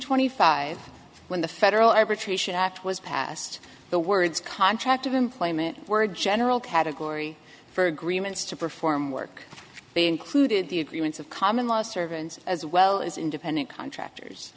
twenty five when the federal average haitian act was passed the words contract of employment were a general category for agreements to perform work they included the agreements of common law servants as well as independent contractors